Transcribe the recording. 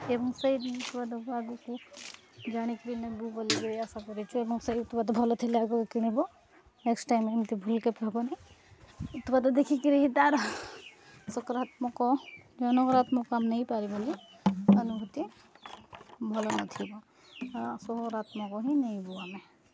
ଏବଂ ସେଇ ଆଗକୁ ଜାଣିକିରି ନେବୁ ବୋଲି ଆଶା କରିଛୁ ଏବଂ ସେଇ ଉତ୍ପାଦ ଭଲ ଥିଲେ ଆଗକୁ କିଣିବୁ ନେକ୍ସଟ୍ ଟାଇମ୍ ଏମିତି ଭୁଲ୍ କେବେ ହେବନି ଉତ୍ପାଦ ଦେଖିକିରି ହିଁ ତା'ର ସକାରାତ୍ମକ ଆମ ନେଇପାରିବ ବୋଲି ଅନୁଭୂତି ଭଲ ନଥିବ ସକରାତ୍ମକ ହିଁ ନେଇବୁ ଆମେ